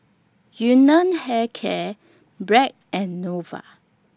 Yun Nam Hair Care Bragg and Nova